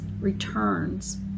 returns